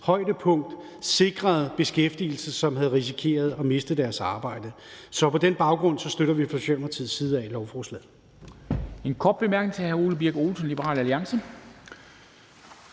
højdepunkt sikrede beskæftigelse, som ellers havde risikeret at miste deres arbejde. Så på den baggrund støtter vi fra Socialdemokratiets side lovforslaget.